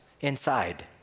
inside